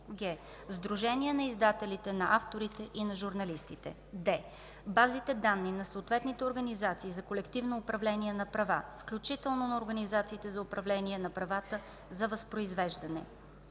г) сдружения на издателите, на авторите и на журналистите; д) базите данни на съответните организации за колективно управление на права, включително на организациите за управление на правата за възпроизвеждане.